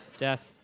death